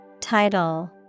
Title